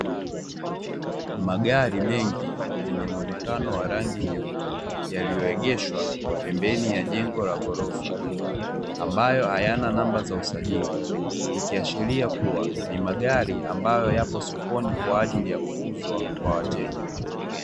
Magari mengi yenye muonekano wa rangi nyeupe, yaliyoegeshwa pembeni ya jengo la ghorofa, ambayo hayana namba za usajili, ikiashiria kuwa ni magari ambayo yapo sokoni, kwa ajili ya kuuzwa kwa wateja.